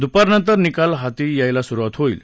दुपारनंतर निकाल हाती यायला सुरुवात होईल